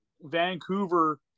Vancouver